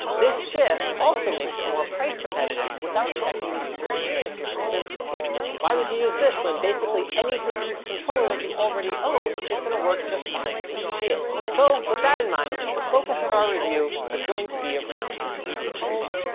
this shift also makes it more price competitive without affecting the user experience much, since why would you use this when basically any bluetooth controller that you already own is gonna work just fine with a shield? so with that in mind, the focus of our review is going to be around media streaming.